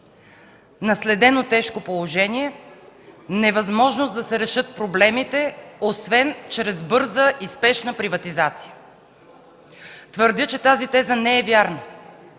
наследено тежко положение, невъзможност да се решат проблемите освен чрез бърза и спешна приватизация. Твърдя, че тази теза не е вярна,